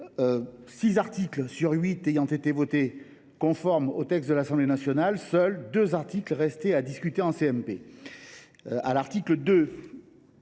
articles sur huit ayant été votés conformes au texte de l’Assemblée nationale, seuls deux articles restaient à discuter en